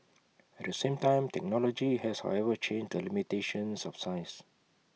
at the same time technology has however changed the limitations of size